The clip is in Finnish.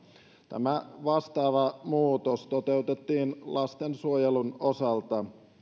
tämä vastaava muutos toteutettiin lastensuojelun osalta